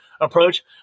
approach